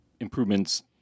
improvements